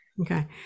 Okay